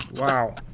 Wow